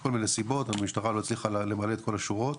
מכל מיני סיבות המשטרה לא הצליחה למלא את כל השורות